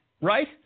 Right